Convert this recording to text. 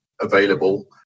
available